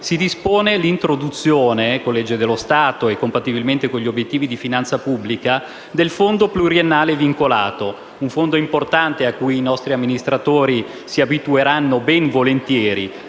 si dispone l'introduzione, con legge dello Stato e compatibilmente con gli obiettivi di finanza pubblica, del fondo pluriennale vincolato: un fondo importante a cui i nostri amministratori si abitueranno ben volentieri,